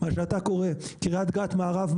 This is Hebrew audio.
מה שאתה קורא לו קרית גת מערב,